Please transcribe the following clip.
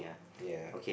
ya